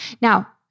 Now